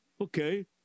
Okay